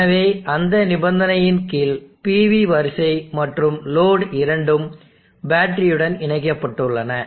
எனவே அந்த நிபந்தனையின் கீழ் PV வரிசை மற்றும் லோடு இரண்டும் பேட்டரியுடன் இணைக்கப்பட்டுள்ளன